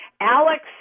Alex